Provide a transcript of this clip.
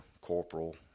corporal